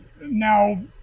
now